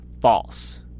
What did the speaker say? false